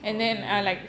oh okay okay